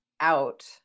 out